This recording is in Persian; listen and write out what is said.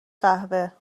قهوه